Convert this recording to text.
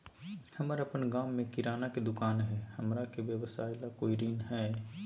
हमर अपन गांव में किराना के दुकान हई, हमरा के व्यवसाय ला कोई ऋण हई?